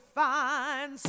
find